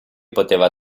poteva